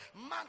man